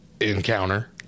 encounter